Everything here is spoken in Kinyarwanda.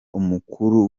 umukuru